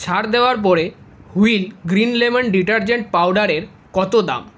ছাড় দেওয়ার পরে হুইল গ্রীন লেমন ডিটারজেন্ট পাউডারের কতো দাম